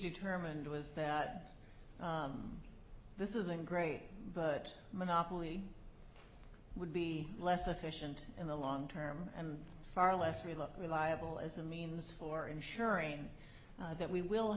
determined was that this isn't great but monopoly would be less efficient in the long term and far less we look reliable as a means for ensuring that we will